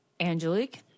Angelique